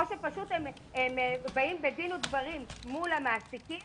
או שהן באות בדין ודברים מול המעסיקים